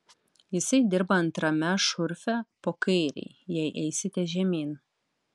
jisai dirba antrame šurfe po kairei jei eisite žemyn